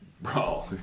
Bro